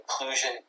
inclusion